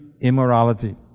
immorality